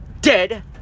dead